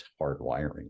hardwiring